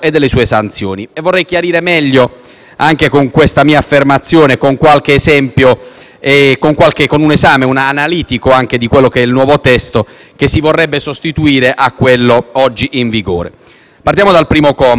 meglio questa mia affermazione con qualche esempio e con un esame analitico del nuovo testo che si vorrebbe sostituire a quello oggi in vigore. Partiamo dal primo comma. Nel primo comma è stato inserito l'inciso